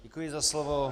Děkuji za slovo.